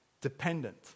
dependent